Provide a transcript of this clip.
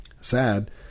sad